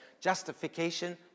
justification